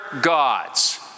gods